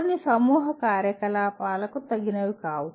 కొన్ని సమూహ కార్యకలాపాలకు తగినవి కావు